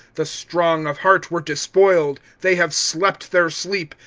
the strong of heart were despoiled they have slept their sleep,